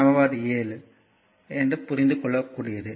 சமன்படு 7 என்பது புரிந்துகொள்ளக்கூடியது